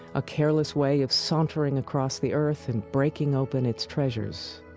a careless way of sauntering across the earth and breaking open its treasures,